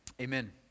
amen